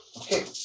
Okay